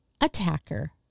attacker